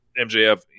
MJF